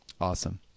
awesome